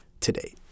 today